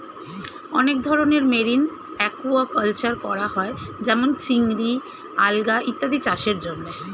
অনেক ধরনের marine aquaculture করা হয় যেমন চিংড়ি, আলগা ইত্যাদি চাষের জন্যে